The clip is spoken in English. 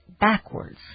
backwards